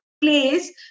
place